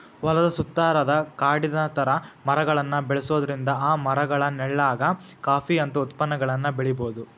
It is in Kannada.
ಹೊಲದ ಸುತ್ತಾರಾದ ಕಾಡಿನ ತರ ಮರಗಳನ್ನ ಬೆಳ್ಸೋದ್ರಿಂದ ಆ ಮರಗಳ ನೆಳ್ಳಾಗ ಕಾಫಿ ಅಂತ ಉತ್ಪನ್ನಗಳನ್ನ ಬೆಳಿಬೊದು